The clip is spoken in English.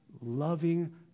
loving